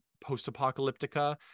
post-apocalyptica